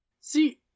See